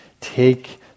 take